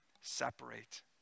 separate